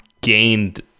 gained